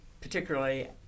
particularly